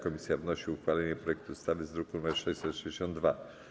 Komisja wnosi o uchwalenie projektu ustawy z druku nr 662.